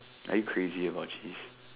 are you crazy about cheese